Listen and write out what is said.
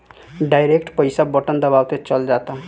direct पईसा button दबावते चल जाता